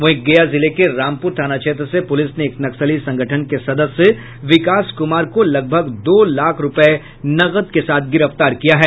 वहीं गया जिले के रामपुर थाना क्षेत्र से पुलिस ने एक नक्सली संगठन के सदस्य विकास कुमार को लगभग दो लाख रूपये नकद के साथ गिरफ्तार किया है